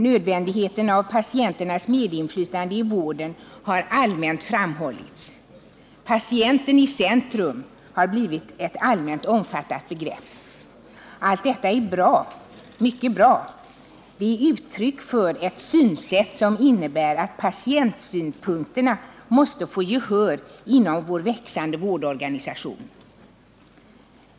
Nödvändigheten av patienternas medinflytande i vården har allmänt framhållits. ”Patienten i centrum” har blivit ett allmänt omfattat begrepp. Allt detta är bra, mycket bra. Det är uttryck för ett synsätt som innebär att patientsynpunkterna måste få gehör inom vår växande vårdorganisation.